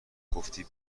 گفتی